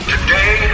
Today